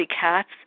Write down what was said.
cats